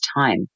time